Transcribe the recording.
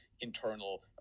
internal